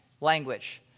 language